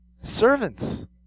Servants